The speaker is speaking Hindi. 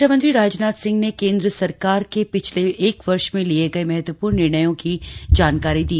रक्षा मंत्री राजनाथ सिंह ने केंद्र सरकार के पिछले एक वर्ष में लिए गए महत्वपूर्ण निर्णयों की जानकारी दी